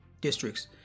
districts